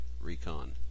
Recon